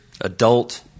adult